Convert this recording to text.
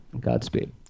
Godspeed